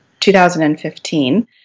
2015